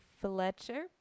Fletcher